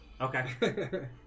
Okay